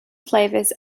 flavours